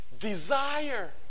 Desire